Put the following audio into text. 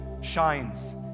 shines